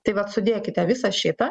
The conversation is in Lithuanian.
tai vat sudėkite visą šitą